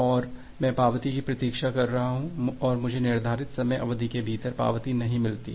और मैं पावती की प्रतीक्षा कर रहा हूं और मुझे निर्धारित समय अवधि के भीतर पावती नहीं मिलता है